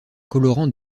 colorant